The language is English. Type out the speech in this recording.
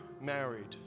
married